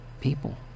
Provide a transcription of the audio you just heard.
people